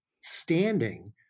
standing